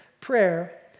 prayer